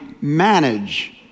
manage